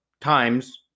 Times